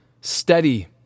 Steady